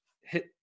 hit